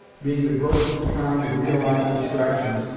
being the grossest kind of realized abstractions,